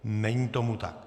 Není tomu tak.